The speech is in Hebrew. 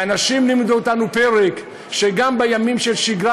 והנשים לימדו אותנו פרק שגם בימים של שגרה